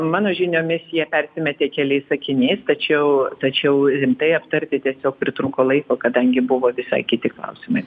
mano žiniomis jie persimetė keliais sakiniais tačiau tačiau rimtai aptarti tiesiog pritrūko laiko kadangi buvo visai kiti klausimai